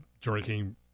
drinking